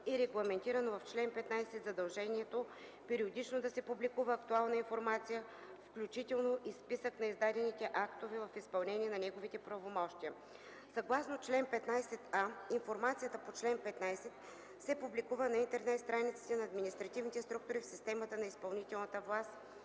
е регламентирано в чл. 15 задължението периодично да се публикува актуална информация, включително и списък на издадените актове в изпълнение на неговите правомощия. Съгласно чл. 15а „информацията по чл. 15 се публикува на интернет страниците на административните структури в системата на изпълнителната власт”,